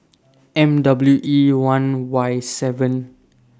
M W E one Y seven